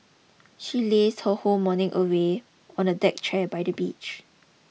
she lazed her whole morning away on a deck chair by the beach